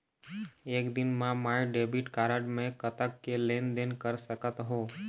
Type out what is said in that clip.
एक दिन मा मैं डेबिट कारड मे कतक के लेन देन कर सकत हो?